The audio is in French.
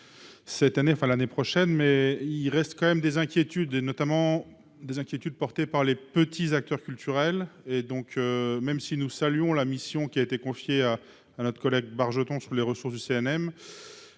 cette année, enfin l'année prochaine mais il reste quand même des inquiétudes, et notamment des inquiétudes, porté par les petits acteurs culturels et donc même si nous saluons la mission qui a été confiée à un autre collègue Bargeton sur les ressources du CNM,